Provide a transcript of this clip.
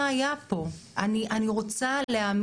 אני רוצה להבין מה היה פה,